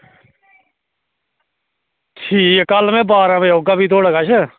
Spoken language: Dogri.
ठीक ऐ कल में बारां बजे औगा फ्ही थुआढ़े कश